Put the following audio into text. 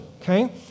okay